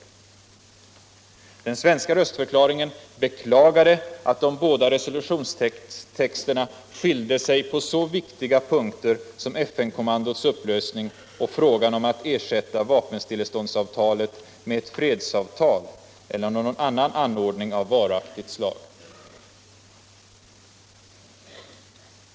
I den svenska röstförklaringen beklagades det att de båda resolutionstexterna skilde sig på så viktiga punkter som när det gällde FN kommandots upplösning och frågan om att ersätta vapenstilleståndsavtalet med ett fredsavtal eller någon annan anordning av varaktigt slag.